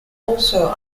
also